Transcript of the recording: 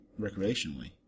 recreationally